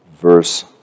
verse